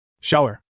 Shower